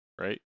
right